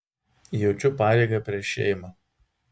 jaučiu pareigą prieš šeimą